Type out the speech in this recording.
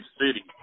City